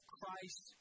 Christ